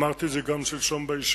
אמרתי את זה גם שלשום בישיבה.